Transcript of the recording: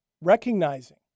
recognizing